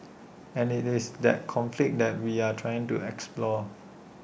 and IT is that conflict that we are trying to explore